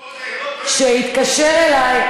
הוא היה גם קודם.